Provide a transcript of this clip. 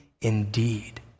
indeed